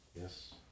Yes